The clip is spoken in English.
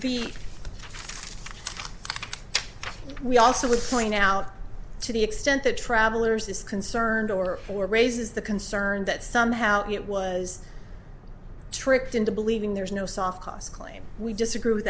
we also would point out to the extent that travelers this concerned or or raises the concern that somehow it was tricked into believing there is no soft cost claim we disagree with